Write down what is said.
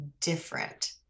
different